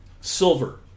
Silver